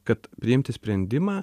kad priimti sprendimą